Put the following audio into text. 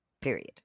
period